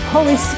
Holy